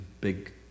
big